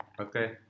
Okay